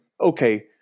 okay